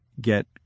Get